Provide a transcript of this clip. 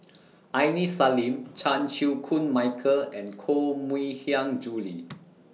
Aini Salim Chan Chew Koon Michael and Koh Mui Hiang Julie